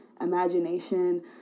imagination